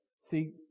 see